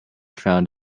found